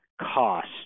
Cost